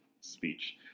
speech